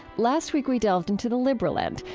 last week, we delved into the liberal end,